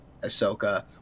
Ahsoka